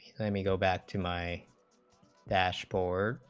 me go back to my bash four